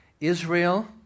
Israel